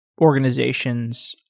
organizations